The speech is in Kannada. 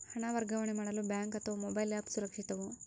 ಹಣ ವರ್ಗಾವಣೆ ಮಾಡಲು ಬ್ಯಾಂಕ್ ಅಥವಾ ಮೋಬೈಲ್ ಆ್ಯಪ್ ಸುರಕ್ಷಿತವೋ?